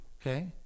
Okay